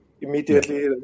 immediately